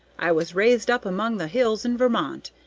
i was raised up among the hills in vermont,